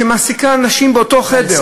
שמעסיקה נשים באותו חדר,